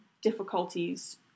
difficulties